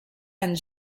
and